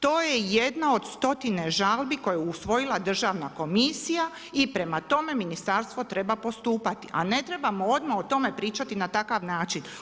To je jedna od stotine žalbi koju je usvojila Državna komisija i prema tome ministarstvo treba postupati, a ne trebamo odmah o tome pričati na takav način.